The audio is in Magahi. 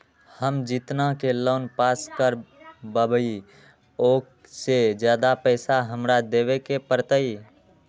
हम जितना के लोन पास कर बाबई ओ से ज्यादा पैसा हमरा देवे के पड़तई?